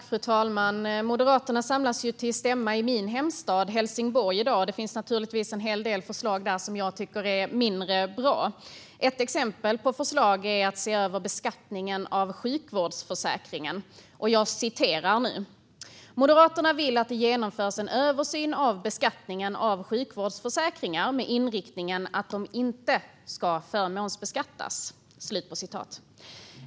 Fru talman! Moderaterna samlas i dag till stämma i min hemstad Helsingborg. Det finns naturligtvis en hel del förslag där som jag tycker är mindre bra. Ett exempel på förslag är att se över beskattningen av sjukvårdsförsäkringen: "Moderaterna vill att det genomförs en översyn av beskattningen av sjukvårdsförsäkringar, med inriktningen att de inte ska förmånsbeskattas."